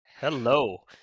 Hello